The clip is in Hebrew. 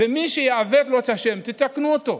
ומי שיעוותו לו את השם, תתקנו אותו.